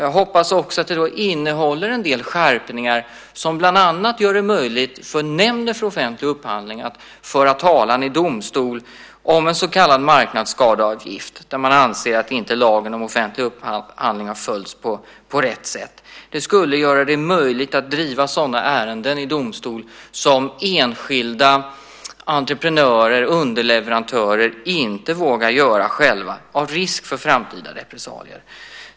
Jag hoppas att det då också innehåller en del skärpningar som bland annat gör det möjligt för Nämnden för offentlig upphandling att föra talan i domstol om en så kallad marknadsskadeavgift när man anser att lagen om offentlig upphandling inte har följts på rätt sätt. Det skulle göra det möjligt att driva sådana ärenden i domstol som enskilda entreprenörer och underleverantörer inte vågar göra själva med tanke på risk för framtida repressalier.